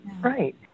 right